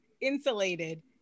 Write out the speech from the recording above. insulated